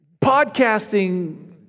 podcasting